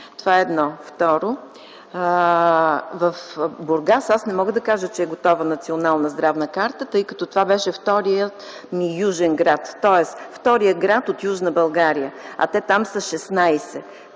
Това е – едно. Второ, в Бургас аз не мога да кажа, че е готова Национална здравна карта, тъй като това беше вторият ми южен град, тоест вторият град от Южна България, а те там са 16.